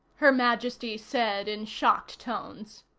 her majesty said in shocked tones.